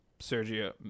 Sergio